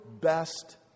best